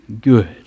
good